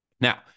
Now